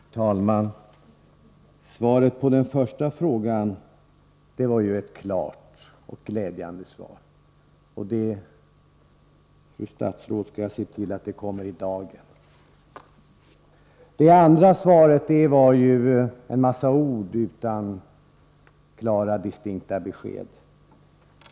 Herr talman! Svaret på den första frågan var klart och glädjande. Jag skall, fru statsråd, se till att det kommer i dagern. Det andra svaret var en massa ord utan klara distinkta besked.